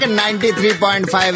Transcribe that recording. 93.5